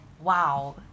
wow